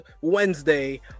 wednesday